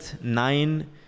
nine